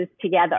together